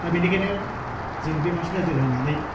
दा बेनिखायनो जों बे फार्से नोजोर होनानै